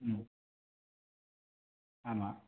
ம் ஆமாம்